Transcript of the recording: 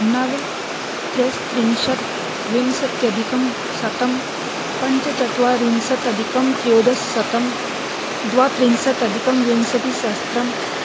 नव त्रयस्त्रिंशत् विंशत्यधिकं शतं पञ्चचत्वारिंशदधिकं त्रयोदशशतं द्वात्रिंशदधिकं विंशतिसहस्त्रं